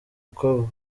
uko